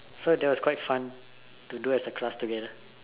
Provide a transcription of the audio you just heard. so that was quite fun to do as a class together